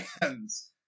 fans